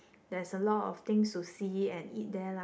there's a lot of things to see and eat there lah